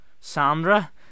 Sandra